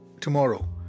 tomorrow